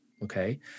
Okay